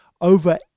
over